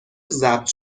ضبط